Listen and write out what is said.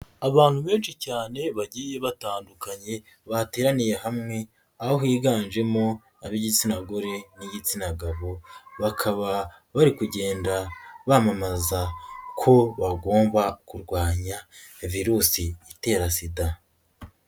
Abantu benshi cyane bagiye batandukanye bateraniye hamwe aho higanjemo ab'igitsina gore n'igitsina gabo, bakaba bari kugenda bamamaza ko bagomba kurwanya virusi itera sida.